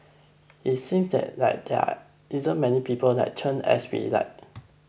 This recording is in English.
it seems that like there isn't many people like Chen as we'd like